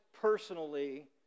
personally